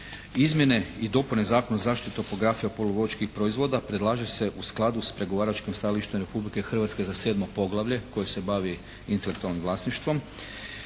Izmjene i dopune Zakona o zaštiti topografije poluvodičkih proizvoda predlaže se u skladu s pregovaračkim stajalištem Republike Hrvatske za sedmo poglavlje koje se bavi intelektualnim vlasništvom